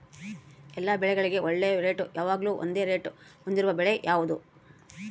ಎಲ್ಲ ಬೆಳೆಗಳಿಗೆ ಒಳ್ಳೆ ರೇಟ್ ಯಾವಾಗ್ಲೂ ಒಂದೇ ರೇಟ್ ಹೊಂದಿರುವ ಬೆಳೆ ಯಾವುದು?